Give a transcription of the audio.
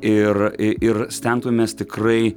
ir i ir stengtumės tikrai